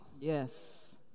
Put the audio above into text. Yes